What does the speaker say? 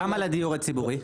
כמה לדיור הציבורי?